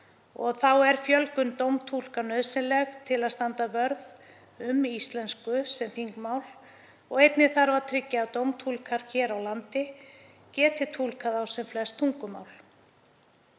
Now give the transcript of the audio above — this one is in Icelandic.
Þá er fjölgun dómtúlka nauðsynleg til að standa vörð um íslensku sem þingmál og einnig þarf að tryggja að dómtúlkar hér á landi geti túlkað á sem flest tungumál.